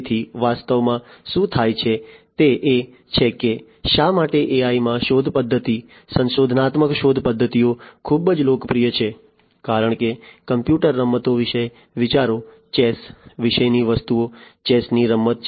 તેથી વાસ્તવમાં શું થાય છે તે એ છે કે શા માટે AI માં શોધ પદ્ધતિ સંશોધનાત્મક શોધ પદ્ધતિઓ ખૂબ જ લોકપ્રિય છે કારણ કે કમ્પ્યુટર રમતો વિશે વિચારો ચેસ વિશેની વસ્તુઓ ચેસ ની રમત છે